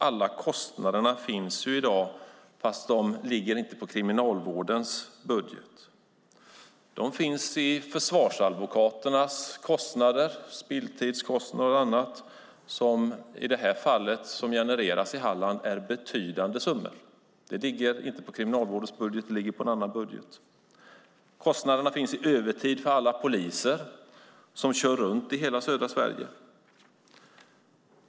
Alla kostnader finns i dag fast de inte ligger på Kriminalvårdens budget. De finns i form av försvarsadvokaternas kostnader, spilltidskostnader och annat, som i det här fallet genereras i Halland och uppgår till betydande summor. De ligger inte på Kriminalvårdens budget utan på en annan budget. Kostnaderna finns i övertid för alla poliser som kör runt i hela södra Sverige.